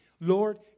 Lord